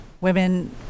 women